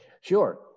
Sure